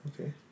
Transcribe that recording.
Okay